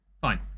Fine